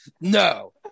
No